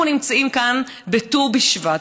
אנחנו נמצאים כאן בט"ו בשבט.